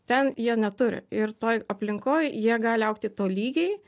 ten jie neturi ir toj aplinkoj jie gali augti tolygiai